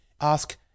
Ask